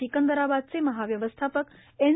सिकंदराबादच महाव्यवस्थापक एन